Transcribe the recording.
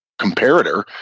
comparator